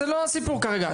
זה לא הסיפור כרגע.